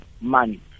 money